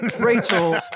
Rachel